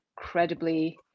incredibly